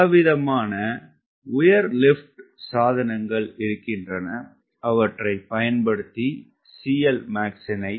பலவிதமான உயர் லிப்ட் சாதனங்கள் இருக்கின்றன அவற்றை பயன்படுத்தி CLmax னை 1